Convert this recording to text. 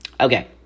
Okay